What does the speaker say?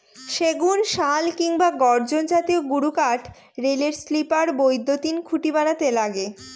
সেগুন, শাল কিংবা গর্জন জাতীয় গুরুকাঠ রেলের স্লিপার, বৈদ্যুতিন খুঁটি বানাতে লাগে